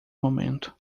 momento